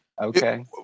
okay